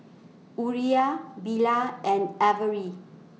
Uriah Bilal and Avery